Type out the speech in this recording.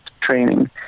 training